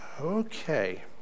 Okay